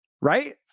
right